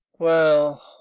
well,